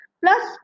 plus